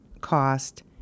cost